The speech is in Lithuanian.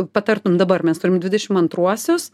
patartum dabar mes turim dvidešim antruosius